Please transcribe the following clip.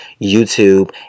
YouTube